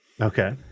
Okay